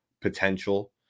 potential